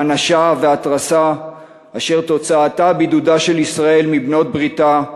הענשה והתרסה אשר תוצאתם בידודה של ישראל מבעלות-בריתה,